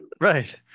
Right